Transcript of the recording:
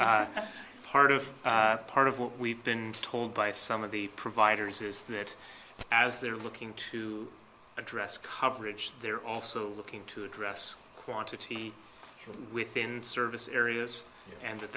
part of part of what we've been told by some of the providers is that as they're looking to address coverage they're also looking to address quantity within the service areas and